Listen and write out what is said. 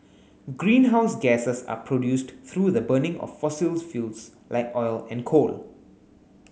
greenhouses gases are produced through the burning of fossil fuels like oil and coal